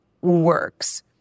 works